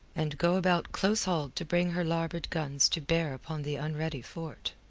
and go about close-hauled to bring her larboard guns to bear upon the unready fort.